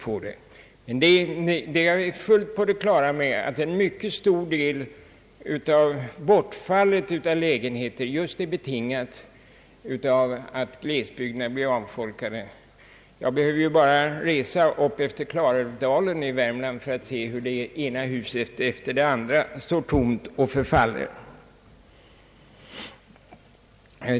Jag är fullt på det klara med att en mycket stor del av bortfallet av lägenheter just är betingat av att glesbygderna blir avfolkade. Jag behöver bara resa upp efter Klarälvsdalen i Värmland för att se hur det ena huset efter det andra står tomt och förfallet.